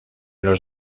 los